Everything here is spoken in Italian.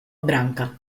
branca